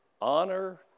honor